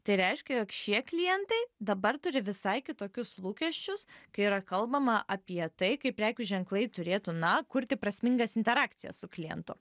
tai reiškia jog šie klientai dabar turi visai kitokius lūkesčius kai yra kalbama apie tai kaip prekių ženklai turėtų na kurti prasmingas interakcija su klientu